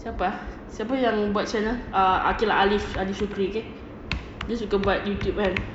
siapa ah siapa yang buat channel err okay lah aliff aliff syukri okay dia suka buat youtube kan